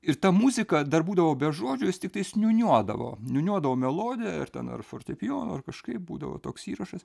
ir ta muzika dar būdavo be žodžių jis tiktais niūniuodavo niūniuodavo melodiją ar ten ar fortepijonu ar kažkaip būdavo toks įrašas